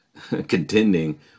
contending